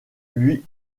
lui